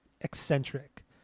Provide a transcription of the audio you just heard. eccentric